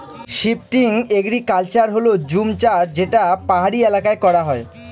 shifting agriculture হল জুম চাষ যেটা পাহাড়ি এলাকায় করা হয়